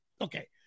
Okay